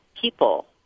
people